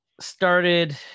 started